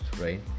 right